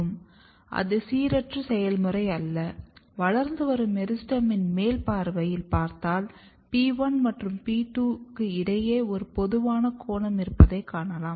organogenesis மிகவும் சீரற்ற செயல்முறை அல்ல வளர்ந்து வரும் மெரிஸ்டெமின் மேல் பார்வையைப் பார்த்தால் P1 மற்றும் P2 க்கு இடையில் ஒரு பொதுவான கோணம் இருப்பதை காணலாம்